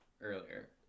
earlier